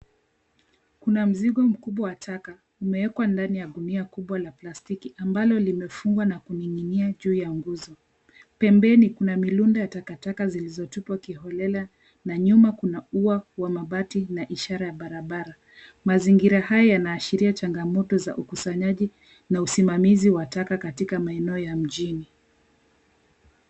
Kuna mzigo mkubwa wa taka, umeekwa ndani ya gunia kubwa la plastiki, ambalo limefungwa na kuning'inia juu ya nguzo. Pembeni, kuna milunda ya takataka zilizotupwa kiholela, na nyuma kuna ua wa mabati na ishara ya barabara. Mazingira haya yanaashiria changamoto za ukusanyaji na usimamizi wa taka katika maeneo ya mjini.